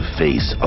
face